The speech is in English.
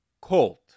Colt